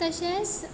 तशेंच